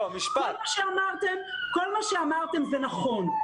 כל מה שאמרתם זה נכון,